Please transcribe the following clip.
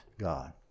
God